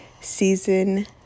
season